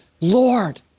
Lord